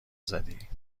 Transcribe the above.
زدی